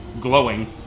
glowing